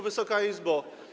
Wysoka Izbo!